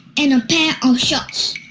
and a pair of shorts.